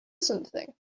something